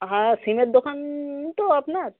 হ্যাঁ সিমের দোকান তো আপনার